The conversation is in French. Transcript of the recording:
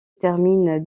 termine